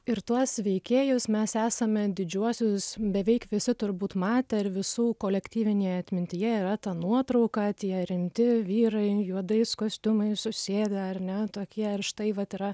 ir tuos veikėjus mes esame didžiuosius beveik visi turbūt matę ir visų kolektyvinėje atmintyje yra ta nuotrauka tie rimti vyrai juodais kostiumais susėdę ar ne tokie ir štai vat yra